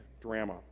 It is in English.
drama